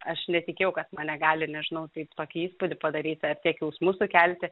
aš netikėjau kad mane gali nežinau taip tokį įspūdį padaryti ar tiek jausmų sukelti